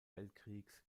weltkriegs